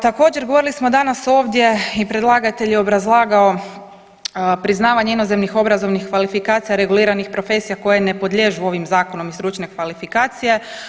Također govorili smo danas ovdje i predlagatelj je obrazlagao priznavanje inozemnih obrazovnih kvalifikacija reguliranih profesija koje ne podliježu ovim zakonom iz stručne kvalifikacije.